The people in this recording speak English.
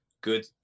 good